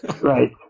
Right